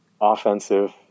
offensive